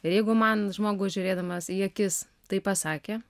ir jeigu man žmogus žiūrėdamas į akis taip pasakė